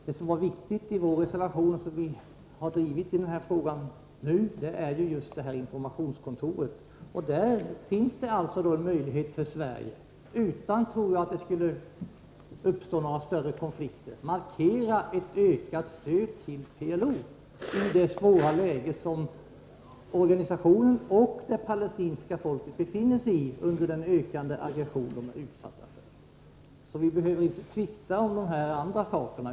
Det som är viktigt i vår reservation och som vi driver nu är frågan om informationskontoret. Där finns en möjlighet för Sverige, att utan att det skulle uppstå några större konflikter, tror jag, markera ett ökat stöd till PLO i det svåra läge som organisationen och det palestinska folket nu befinner sig i under den ökande aggressionen. Vi behöver inte tvista om de här andra sakerna.